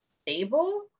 stable